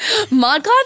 ModCloth